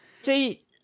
See